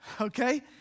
okay